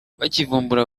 bakivumbura